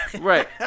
right